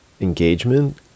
engagement